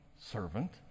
servant